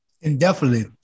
Indefinitely